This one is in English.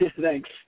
Thanks